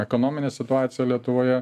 ekonominė situacija lietuvoje